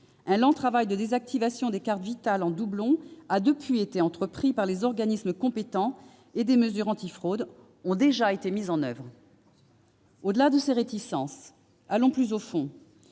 Un lent travail de désactivation des cartes Vitale en doublon a depuis lors été entrepris par les organismes compétents et des mesures antifraudes ont été mises en oeuvre. Au-delà de ces réticences, sur le fond,